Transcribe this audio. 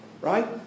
Right